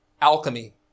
alchemy